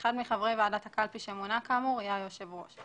אחד מחברי ועדת הקלפי שמונה כאמור יהיה היושב ראש,